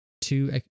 two